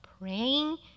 praying